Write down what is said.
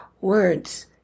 words